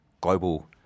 global